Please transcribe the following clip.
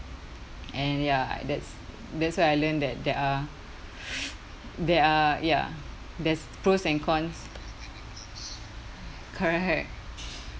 and ya that's that's where I learned that there are there are ya there's pros and cons correct